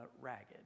ragged